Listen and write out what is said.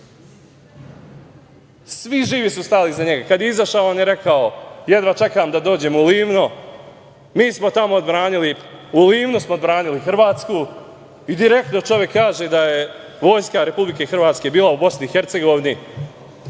Svi živi su stali iza njega. Kada je izašao, on je rekao – jedva čekam da dođem u Livno. U Livnu smo odbranili Hrvatsku i direktno čovek kaže da je vojska Republike Hrvatske bila u BiH